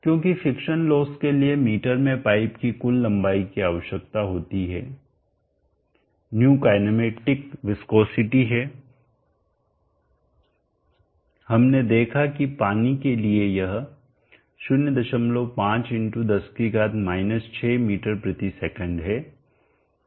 क्योंकि friction loss के लिए मीटर में पाइप की कुल लंबाई की आवश्यकता होती है ϑ काईनेमेटिक विस्कोसिटी है हमने देखा कि पानी के लिए यह 0510 6 मीटर प्रति सेकंड है